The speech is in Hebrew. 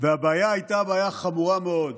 הבעיה הייתה חמורה מאוד: